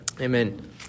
Amen